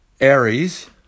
Aries